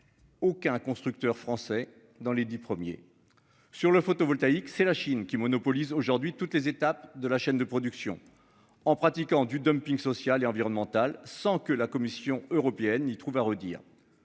Aucun constructeur français dans les 10 premiers sur le photovoltaïque c'est la Chine qui monopolise aujourd'hui toutes les étapes de la chaîne de production en pratiquant du dumping social et environnemental, sans que la Commission européenne n'y trouve à redire.